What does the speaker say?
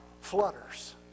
flutters